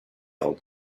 old